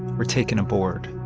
were taken aboard.